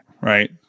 Right